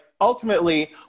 ultimately